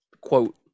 quote